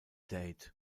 date